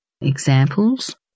examples